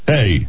Hey